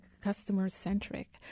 customer-centric